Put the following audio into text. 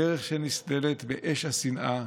הדרך שנסללת באש השנאה,